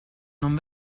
non